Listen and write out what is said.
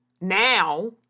now